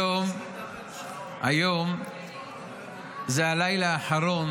היום זה הלילה האחרון